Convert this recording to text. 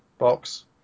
box